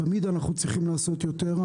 תמיד אנחנו צריכים לעשות יותר.